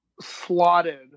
slotted